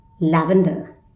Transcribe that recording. lavender